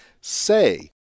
say